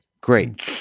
Great